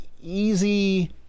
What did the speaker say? easy